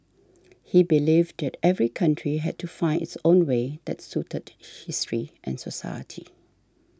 he believed that every country had to find its own way that suited history and society